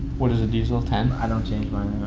what is a diesel? ten? i don't change mine, i